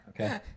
okay